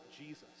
Jesus